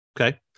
Okay